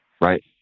right